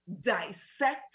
dissect